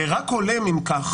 ורק הולם, אם כך